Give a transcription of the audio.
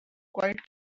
quite